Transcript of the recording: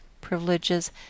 privileges